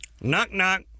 Knock-knock